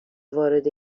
وارد